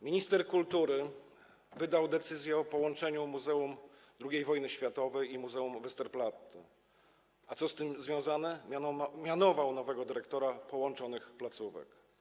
Minister kultury wydał decyzję o połączeniu Muzeum II Wojny Światowej z muzeum Westerplatte i co z tym związane, mianował nowego dyrektora połączonych placówek.